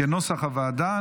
כנוסח הוועדה.